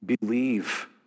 Believe